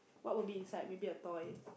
what would be inside maybe a toy